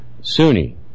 Sunni